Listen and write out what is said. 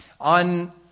On